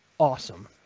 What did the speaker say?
Awesome